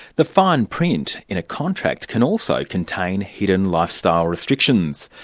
the fine print in a contract can also contain hidden lifestyle restrictions.